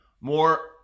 more